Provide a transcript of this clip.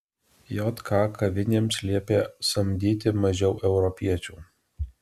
jk kavinėms liepė samdyti mažiau europiečių